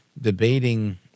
debating